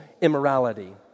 immorality